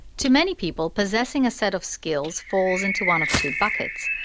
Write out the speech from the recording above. to many people, possessing a set of skills falls into one of two buckets.